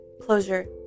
closure